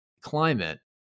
climate